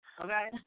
Okay